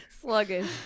sluggish